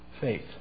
Faith